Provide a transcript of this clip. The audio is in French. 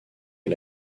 est